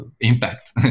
impact